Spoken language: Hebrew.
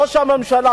ראש הממשלה,